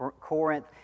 Corinth